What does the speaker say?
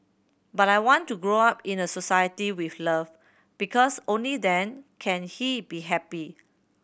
but I want to grow up in a society with love because only then can he be happy